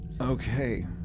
Okay